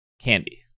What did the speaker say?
candy